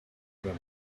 them